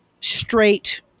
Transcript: straight